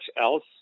else